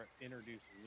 introduce